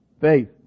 Faith